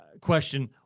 question